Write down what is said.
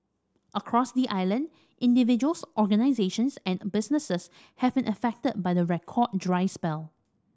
across the island individuals organisations and businesses have been affected by the record dry spell